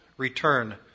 Return